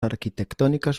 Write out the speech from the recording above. arquitectónicas